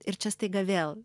ir čia staiga vėl